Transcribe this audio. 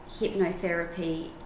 hypnotherapy